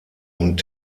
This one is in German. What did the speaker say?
und